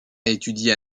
étudier